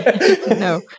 No